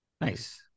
Nice